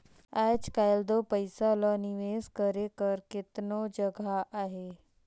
आएज काएल दो पइसा ल निवेस करे कर केतनो जगहा अहे